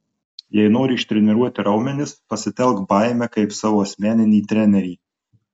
jei nori ištreniruoti raumenis pasitelk baimę kaip savo asmeninį trenerį